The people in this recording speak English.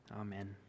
Amen